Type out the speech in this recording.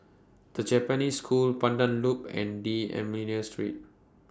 The Japanese School Pandan Loop and D'almeida Street